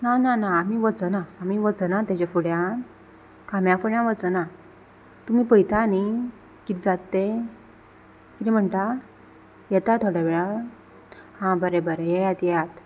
ना ना ना आमी वचना आमी वचना ताजे फुड्यान खांब्या फुड्या वचना तुमी पळयता न्ही कितें जात तें कितें म्हणटा येता थोडे वेळान हा बरें बरें येयात येयात